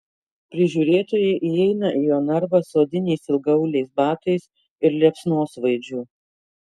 prižiūrėtojai įeina į jo narvą su odiniais ilgaauliais batais ir liepsnosvaidžiu